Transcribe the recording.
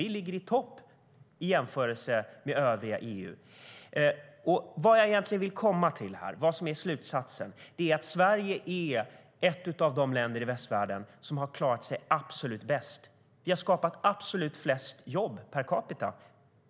Vi ligger i topp i jämförelse med övriga EU.Den slutsats jag egentligen vill komma fram till är att Sverige är ett av de länder i västvärlden som har klarat sig absolut bäst. Vi har skapat absolut flest jobb per capita.